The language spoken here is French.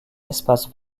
espace